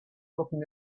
looking